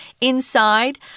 inside